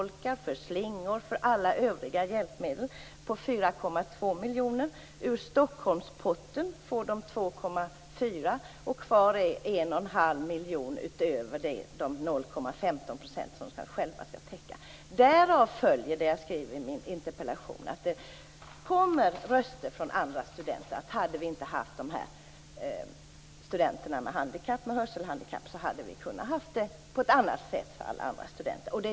Kvar är 1 1⁄2 miljon utöver de 0,15 % som de själva skall täcka. Därav följer, har jag skrivit i min interpellation, att det kommer röster från andra studenter om att de kunde ha haft det på ett annat sätt om det inte varit för studenterna med hörselhandikapp.